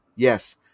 Yes